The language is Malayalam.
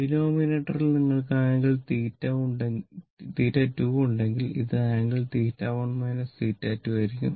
ഡിനോമിനേറ്ററിൽ നിങ്ങൾക്ക് ആംഗിൾ 2 ഉണ്ടെങ്കിൽ ഇത് ആംഗിൾ 1 2 ആയിരിക്കും